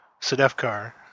Sedefkar